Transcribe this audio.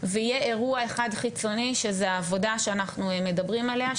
ויהיה אירוע אחד חיצוני שזה העבודה שאנחנו מדברים עליה,